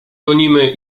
gonimy